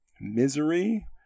misery